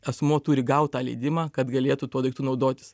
asmuo turi gaut tą leidimą kad galėtų tuo daiktu naudotis